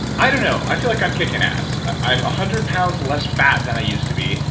i don't know. i feel like i'm kicking ass. i'm a hundred pounds less fat than i used to be.